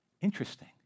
Interesting